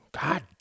God